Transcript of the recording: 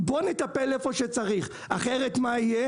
בואו נטפל איפה שצריך אחרת מה יהיה?